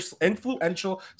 influential